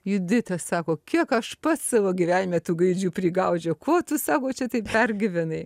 judita sako kiek aš pats savo gyvenime tų gaidžių prigaudžiau ko tu sako čia taip pergyvenai